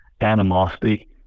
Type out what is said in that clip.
animosity